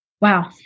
Wow